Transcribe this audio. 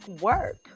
work